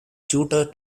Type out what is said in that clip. tutor